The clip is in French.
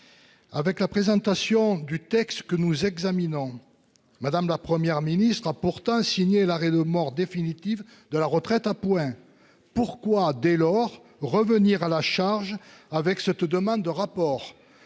Avec la présentation du texte que nous examinons. Madame, la Première ministre a pourtant signé l'arrêt de mort définitif de la retraite à points pourquoi dès lors, revenir à la charge avec cette demande de rapport.